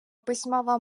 письмова